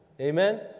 Amen